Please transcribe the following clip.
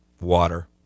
Water